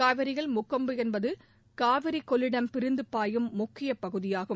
காவேரியில் முக்கொம்பு என்பது காவிரி கொள்ளிடம் பிரிந்து பாயும் முக்கிய பகுதியாகும்